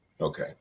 Okay